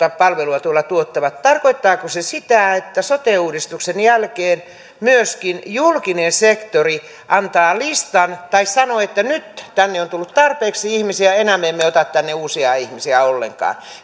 palveluja tuolla tuottavat tarkoittaako se sitä että sote uudistuksen jälkeen myöskin julkinen sektori antaa listan tai sanoo että nyt tänne on tullut tarpeeksi ihmisiä enää me emme ota tänne uusia ihmisiä ollenkaan